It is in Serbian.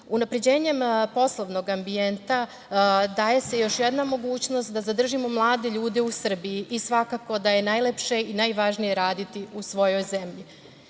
značaja. Unapređenjem poslovnog ambijenta daje se još jedna mogućnost da zadržimo mlade ljude u Srbiji, i svakako da je najlepše i najvažnije raditi u svojoj zemlji. Vlada